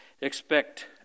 Expect